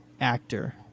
actor